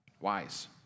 Wise